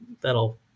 that'll